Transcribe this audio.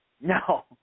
No